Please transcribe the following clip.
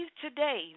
Today